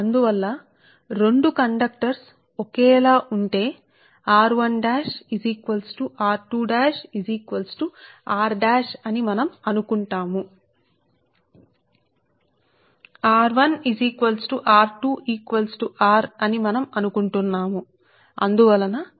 అందువల్ల రెండు కండక్టర్లు ఒకేలా ఉంటే అంటే r1 r2 కు సమానం r కు సమానం అని మేము అనుకుంటాము అంటే మీరు పిలిచేది అవే అవే అంటే r1 r2 కు సమానం r కు సమానం